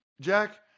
Jack